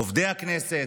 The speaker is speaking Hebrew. עובדי הכנסת?